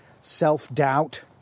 self-doubt